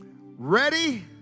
Ready